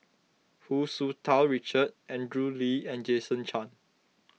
Hu Tsu Tau Richard Andrew Lee and Jason Chan